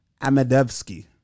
Amadevsky